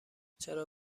چرا